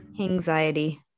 anxiety